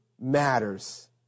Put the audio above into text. matters